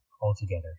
altogether